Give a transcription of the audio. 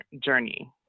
journey